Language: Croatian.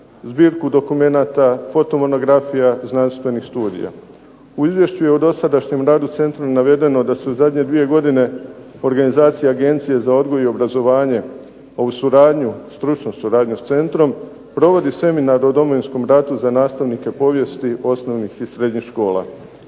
zbirku dokumenata, fotomonografija, znanstvenih studija. U izvješću je o dosadašnjem radu centra navedeno da su zadnje dvije godine organizacija Agencije za odgoj i obrazovanje uz suradnju, stručnu suradnju s centrom provodi seminar o Domovinskom ratu za nastavnike povijesti osnovnih i srednjih škola.